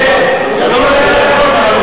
חבר הכנסת אורון, אתה ביקשת לדבר בדיון הזה.